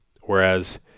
Whereas